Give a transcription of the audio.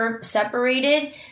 separated